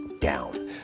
down